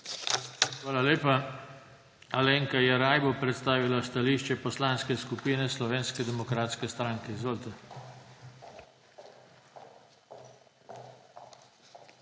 Hvala lepa. Alenka Jeraj bo predstavila stališče Poslanske skupine Slovenske demokratske stranke. Izvolite.